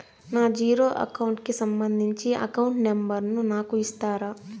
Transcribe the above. నా zero account కి సంబంధించి అకౌంట్ నెంబర్ ను నాకు ఇస్తారా